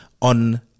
on